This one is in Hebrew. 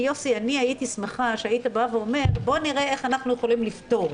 כי אני הייתי שמחה שהיית בא ואומר: בואו נראה איך אנחנו יכולים לפתור.